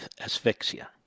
asphyxia